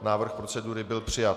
Návrh procedury byl přijat.